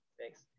Thanks